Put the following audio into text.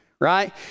right